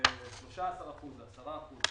מ-13% ל-10%.